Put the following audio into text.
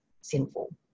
sinful